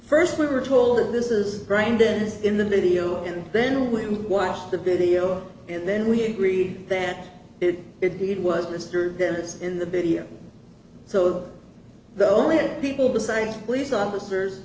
first we were told that this is brandon in the video and then we watched the video and then we agree that it did was mr davis in the video so the only people besides police officers